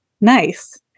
Nice